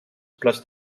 plus